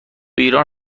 ایران